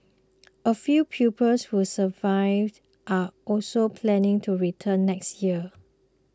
a few pupils who survived are also planning to return next year